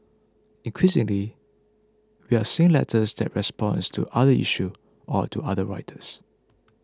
increasingly we are seeing letters that response to other issue or to other writers